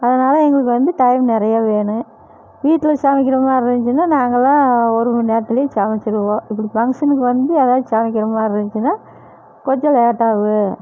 அதனால எங்களுக்கு வந்து டைம் நிறையா வேணும் வீட்டில் சமைக்கிற மாதிரி இருந்துச்சினால் நாங்கெல்லாம் ஒரு மணி நேரத்துலேயே சமைச்சிருவோம் இப்படி ஃபங்ஷனுக்கு வந்து எல்லோருக்கும் சமைக்கிற மாதிரி இருந்துச்சினால் கொஞ்சம் லேட் ஆகும்